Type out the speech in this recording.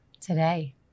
today